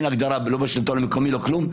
לא בשלטון המקומי ולא במקום אחר.